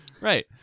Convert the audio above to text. right